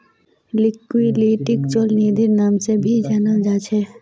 लिक्विडिटीक चल निधिर नाम से भी जाना जा छे